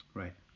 right